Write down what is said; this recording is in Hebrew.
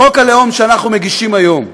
חוק הלאום שאנחנו מגישים היום,